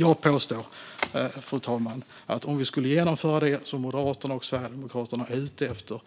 Jag påstår, fru talman, att om vi skulle genomföra det som Moderaterna och Sverigedemokraterna är ute efter